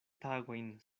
tagojn